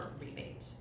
rebate